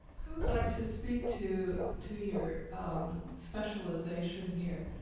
i would like to speak to to your um specialization here.